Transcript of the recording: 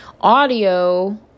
audio